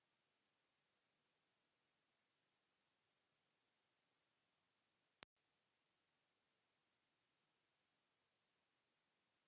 Kiitos